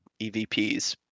EVPs